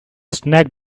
snake